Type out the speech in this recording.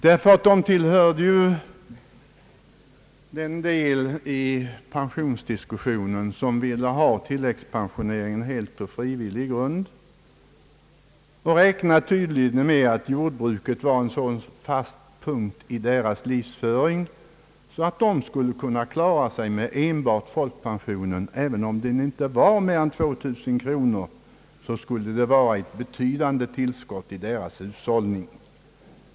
De tillhörde ju i pensionsdiskussionen dem som ville ha tillläggspensioneringen helt på frivillig grund, och de räknade tydligen med att jordbruket var en sådan fast punkt i deras livsföring att de skulle kunna klara sig med enbart folkpensionen. Även om den inte var mer än 2 000 kronor skulle den vara ett betydande tillskott i deras hushållning.